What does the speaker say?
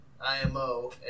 IMO